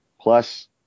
Plus